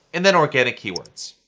and then organic keywords.